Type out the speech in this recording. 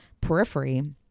periphery